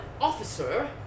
officer